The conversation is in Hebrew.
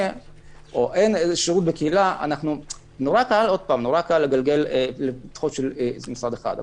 או אין שירות בקהילה נורא קל לגלגל לפתחו של משרד אחד.